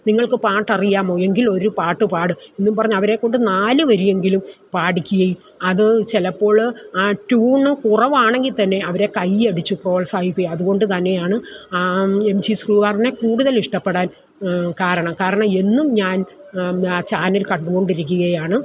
നിങ്ങൾക്ക് പാട്ടറിയാമോ എങ്കിലൊരു പാട്ട് പാട് എന്നും പറഞ്ഞ് അവരെക്കൊണ്ട് നാല് വരിയെങ്കിലും പാടിക്കുകയും അത് ചിലപ്പോൾ ആ ട്യൂണ് കുറവാണെങ്കിൽത്തന്നെ അവരെ കയ്യടിച്ച് പ്രോത്സാഹിപ്പിക്കും അതുകൊണ്ട് തന്നെയാണ് എം ജീ ശ്രീകുമാറിനെ കൂട്തലിഷ്ടപ്പെടാൻ കാരണം കാരണം എന്നും ഞാൻ ആ ചാനൽ കണ്ടുകൊണ്ടിരിക്കുകയാണ്